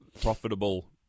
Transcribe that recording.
profitable